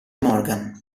morgan